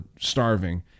starving